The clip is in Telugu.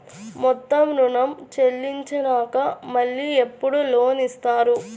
మొత్తం ఋణం చెల్లించినాక మళ్ళీ ఎప్పుడు లోన్ ఇస్తారు?